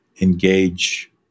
engage